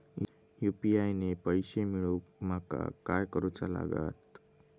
UPI ने पैशे मिळवूक माका काय करूचा लागात?